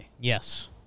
Yes